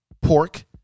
pork